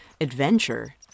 adventure